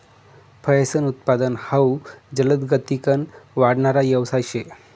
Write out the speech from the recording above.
फयेसनं उत्पादन हाउ जलदगतीकन वाढणारा यवसाय शे